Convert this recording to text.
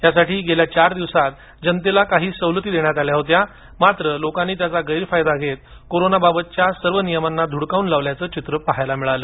यासाठी गेल्या चार दिवसात जनतेला काही सवलती देण्यात आल्या होत्या मात्र लोकांनी त्याचा गैरफायदा घेत कोरोनाबाबतच्या सर्व नियमांना ध्डकावून लावल्याचं चित्र पाहायला मिळालं